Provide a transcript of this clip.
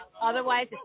Otherwise